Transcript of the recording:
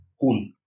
cool